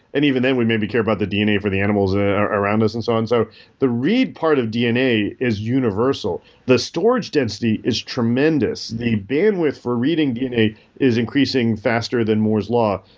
and even then, we may be care about the dna for the animals ah around us and so on. so the read part of dna is universal. the storage density is tremendous. the bandwidth for reading dna is increasing faster than moore's law.